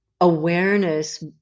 awareness